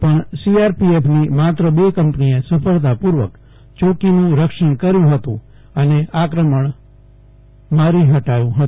પણ સીઆરપીએફની માત્ર બે કંપનીએ સફળતાપૂર્વક ચોકીનું રક્ષણ કર્યું હતું અને આક્રમણ મારી હટાવ્યું હતું